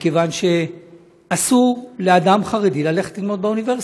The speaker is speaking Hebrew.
מכיוון שאסור לאדם חרדי ללכת ללמוד באוניברסיטה,